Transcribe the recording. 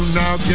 now